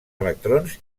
electrons